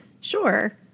Sure